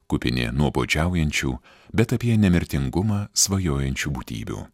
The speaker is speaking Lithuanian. kupini nuobodžiaujančių bet apie nemirtingumą svajojančių būtybių